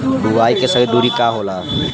बुआई के सही दूरी का होला?